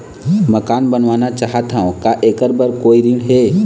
मकान बनवाना चाहत हाव, का ऐकर बर कोई ऋण हे?